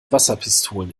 wasserpistolen